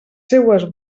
seues